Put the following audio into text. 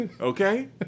Okay